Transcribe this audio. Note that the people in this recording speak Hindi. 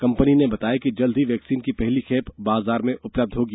कंपनी ने बताया कि जल्द ही वैक्सीन की पहली खेप बाजार में उपलब्ध होगी